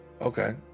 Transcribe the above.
okay